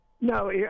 No